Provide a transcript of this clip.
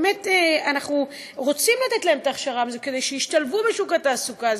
שאנחנו רוצים לתת להם את ההכשרה כדי שישתלבו בשוק התעסוקה.